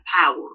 power